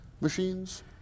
machines